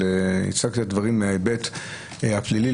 אבל הצגתי את הדברים מההיבט הפלילי,